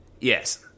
Yes